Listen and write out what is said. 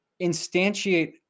instantiate